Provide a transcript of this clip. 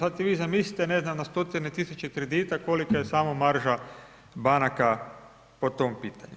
Sada se vi zamislite, ne znam na stotine tisuće kredita kolika je samo marža banaka po tom pitanju.